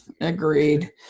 agreed